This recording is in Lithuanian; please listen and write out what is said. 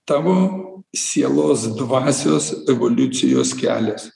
tavo sielos dvasios evoliucijos kelias